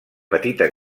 petita